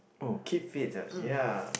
oh keep fit ah ya